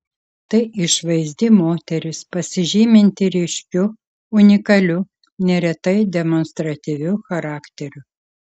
tai išvaizdi moteris pasižyminti ryškiu unikaliu neretai demonstratyviu charakteriu